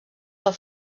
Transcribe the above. del